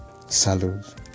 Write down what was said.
Salud